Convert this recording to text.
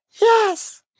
Yes